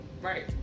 Right